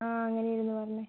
ആ അങ്ങനെയായിരുന്നു പറഞ്ഞത്